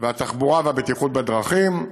התחבורה והבטיחות בדרכים,